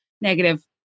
negative